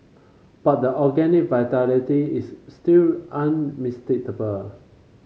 but the organic vitality is still unmistakable